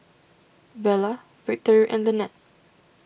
Vela Victory and Lynnette